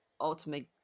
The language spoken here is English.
ultimate